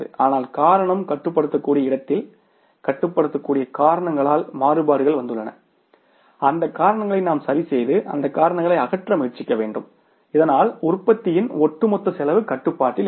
ஆனால் காரணம் கட்டுப்படுத்தக்கூடிய இடத்தில் கட்டுப்படுத்தக்கூடிய காரணங்களால் மாறுபாடுகள் வந்துள்ளன அந்த காரணங்களை நாம் சரிசெய்து அந்த காரணங்களை அகற்ற முயற்சிக்க வேண்டும் இதனால் உற்பத்தியின் ஒட்டுமொத்த செலவு கட்டுப்பாட்டில் இருக்கும்